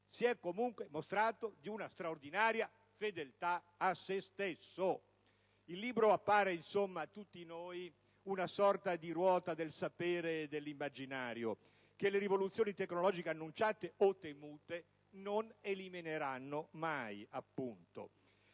«si è comunque mostrato di una straordinaria fedeltà a se stesso. Il libro appare a tutti noi una sorta di "ruota del sapere e dell'immaginario" che le rivoluzioni tecnologiche annunciate o temute non elimineranno». Venendo